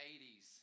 80s